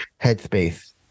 Headspace